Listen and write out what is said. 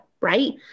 right